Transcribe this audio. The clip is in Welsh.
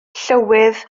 llywydd